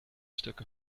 stukken